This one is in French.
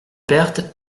perte